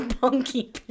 punky